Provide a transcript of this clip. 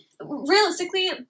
realistically